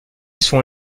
selon